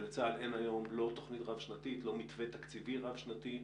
ולצה"ל אין היום תוכנית רב-שנתית ולא מתווה תקציבי רב-שנתי,